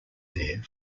there